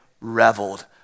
reveled